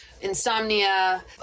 insomnia